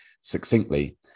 succinctly